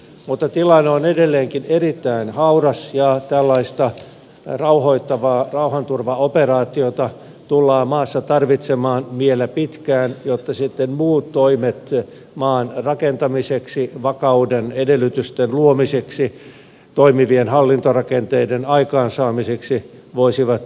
mutta tilanne on edelleenkin erittäin hauras ja tällaista rauhoittavaa rauhanturvaoperaatiota tullaan maassa tarvitsemaan vielä pitkään jotta muut toimet maan rakentamiseksi vakauden edellytysten luomiseksi toimivien hallintorakenteiden aikaansaamiseksi voisivat menestyä